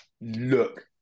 look